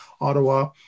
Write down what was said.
Ottawa